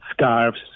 scarves